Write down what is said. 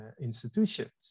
institutions